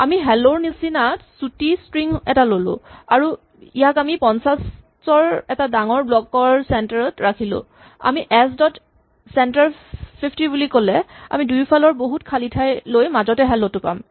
আমি "হেল্ল " ৰ নিচিনা চুটি স্ট্ৰিং এটা ল'লো আৰু আমি ইয়াক এটা ৫০ ৰ এটা ডাঙৰ ব্লক ৰ চেন্টাৰ ত ৰাখিলো আমি এচ ডট চেন্টাৰ ৫০ বুলি ক'লে আমি দুয়োফালে বহুত খালী ঠাই লৈ মাজতে হেল্ল টো পাম